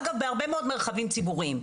אגב בהרבה מאוד מרחבים ציבוריים.